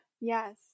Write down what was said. Yes